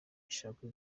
ishakwe